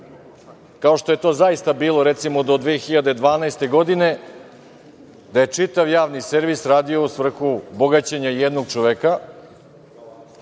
kao što je to zaista bilo do 2012. godine, da je čitav Javni servis radio u svrhu bogaćenja jednog čoveka,